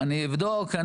אני אבדוק,